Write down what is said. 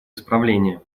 исправления